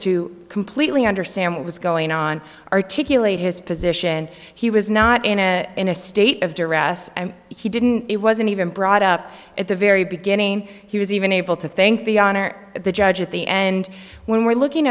to completely understand what was going on articulate his position he was not in a state of duress he didn't it wasn't even brought up at the very beginning he was even able to think the honor of the judge at the end when we're looking